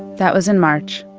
that was in march,